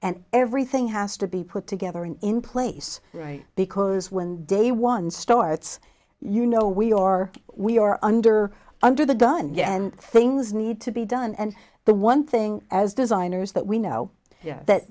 and everything has to be put together and in place right because when day one starts you know we are we are under under the gun and things need to be done and the one thing as designers that we know that